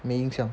没影像